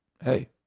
Hey